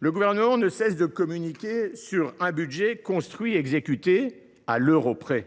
Le Gouvernement ne cesse de communiquer sur un budget construit et exécuté « à l’euro près »,